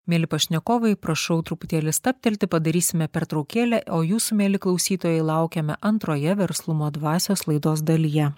mieli pašnekovai prašau truputėlį stabtelti padarysime pertraukėlę o jūsų mieli klausytojai laukiame antroje verslumo dvasios laidos dalyje